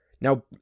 Now